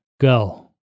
go